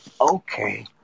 Okay